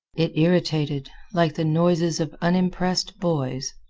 it irritated, like the noises of unimpressed boys.